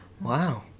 Wow